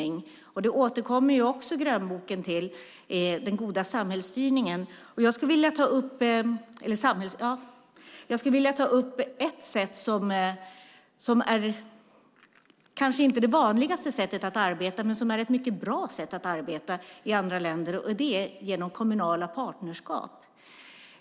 I grönboken återkommer också detta med den goda samhällsstyrningen. Jag skulle vilja ta upp ett sätt att arbeta som kanske inte är det vanligaste men som är mycket bra i andra länder, och det är genom kommunala partnerskap.